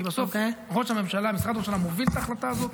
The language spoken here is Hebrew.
כי בסוף משרד ראש הממשלה מוביל את ההחלטה הזאת